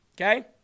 okay